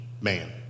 man